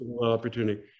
opportunity